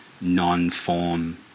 non-form